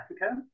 Africa